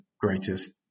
greatest